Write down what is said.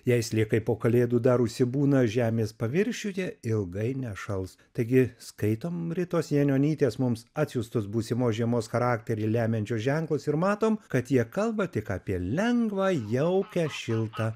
jei sliekai po kalėdų dar užsibūna žemės paviršiuje ilgai nešals taigi skaitom ritos janionytės mums atsiųstus būsimos žiemos charakterį lemiančius ženklus ir matom kad jie kalba tik apie lengvą jaukią šiltą